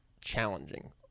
challenging